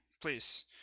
please